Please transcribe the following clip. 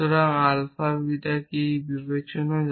সুতরাং alpha beta কি তা বিবেচ্য নয়